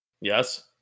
Yes